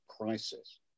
crisis